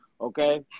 okay